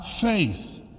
faith